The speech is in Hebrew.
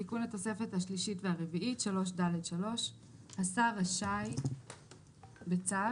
תיקון התוספת השלישית והרביעית3ד3.השר רשאי בצו